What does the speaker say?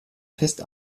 fest